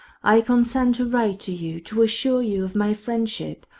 i consent to write to you, to assure you of my friendship,